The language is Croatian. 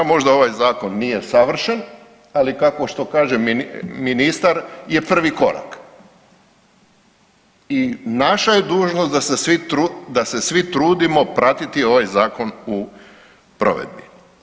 Možda ovaj zakon nije savršen, ali kako, što kaže ministar je prvi korak i naša je dužnost da se svi trudimo pratiti ovaj zakon u provedbi.